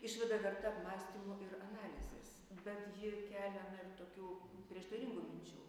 išvada verta apmąstymo ir analizės bet ji kelia na ir tokių prieštaringų minčių